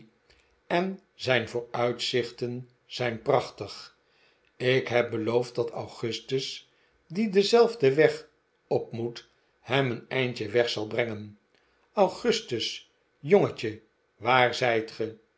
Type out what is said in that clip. en zijn vooruitzichten zijn prachtig ik heb beloofd dat augustus die denzelfden weg op moet hem een eindje weg zal brengen augustus jongetje waar zijt